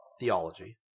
Theology